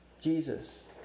Jesus